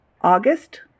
August